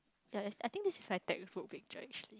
yeah I I think this is like take with food picture actually